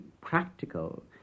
practical